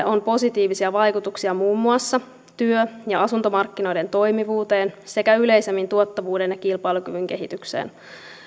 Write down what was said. on positiivisia vaikutuksia muun muassa työ ja asuntomarkkinoiden toimivuuteen sekä yleisemmin tuottavuuden ja kilpailukyvyn kehitykseen